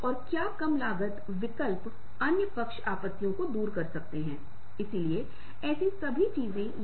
और काम और परिवार से परे भी हम सभी की आध्यात्मिक ज़रूरतें हैं